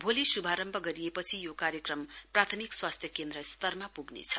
भोलि शुभारम्भ गरिएपछि यो कार्यक्रम प्राथमिक स्वास्थ्य केन्द्र स्तरमा पुग्नेछ